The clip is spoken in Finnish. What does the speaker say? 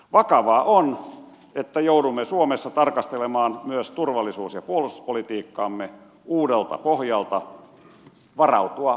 vakavaa on että joudumme suomessa tarkastelemaan myös turvallisuus ja puolustuspolitiikkaamme uudelta pohjalta varautumaan jopa pahimpaan